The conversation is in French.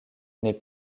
n’est